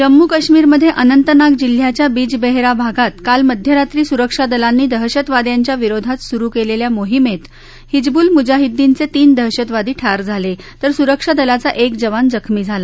जम्मू कश्मीरमधे अंनतनाग जिल्ह्याच्या बिजबेहरा भागात काल मध्यरात्री सुरक्षा दलांनी दहशतवादयांच्या विरोधात सुरु केलेल्या मोहिमेत हिजब्ल मुझाहिदिनचे तीन दहशतवादी ठार झाले तर सुरक्षा दलाचा एक जवान जखमी झाला